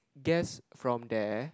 gas from there